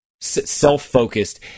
self-focused